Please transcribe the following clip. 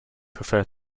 prefer